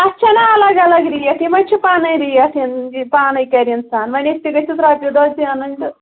اَتھ چھَنا الگ الگ ریٹ یہِ مہ چھِ پَنٕنۍ ریٹ یہِ پانَے کَرِ اِنسان وۄنۍ أسۍ تہِ گٔژھِس رۄپیہِ داہ زینٕنۍ تہٕ